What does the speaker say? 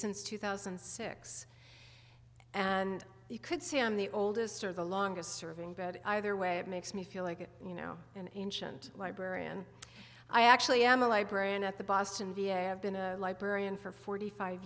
since two thousand and six and you could say i'm the oldest of the longest serving bread either way it makes me feel like you know an ancient librarian i actually am a librarian at the boston v a i've been a librarian for forty five